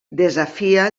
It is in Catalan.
desafia